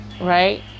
right